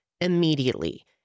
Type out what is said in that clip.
immediately